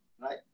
Right